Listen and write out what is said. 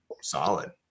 solid